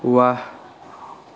ৱাহ্